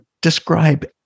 describe